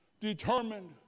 Determined